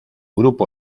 grupo